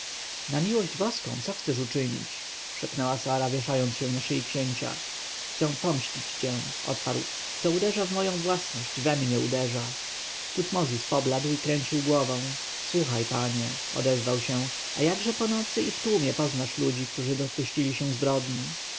na miłość boską co chcesz uczynić szepnęła sara wieszając się na szyi księcia chcę pomścić cię odparł kto uderza w moją własność we mnie uderza tutmozis pobladł i kręcił głową słuchaj panie odezwał się a jakże po nocy i w tłumie poznasz ludzi którzy dopuścili się zbrodni